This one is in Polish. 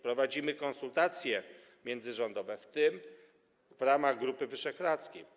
Prowadzimy konsultacje międzyrządowe, w tym w ramach Grupy Wyszehradzkiej.